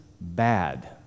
bad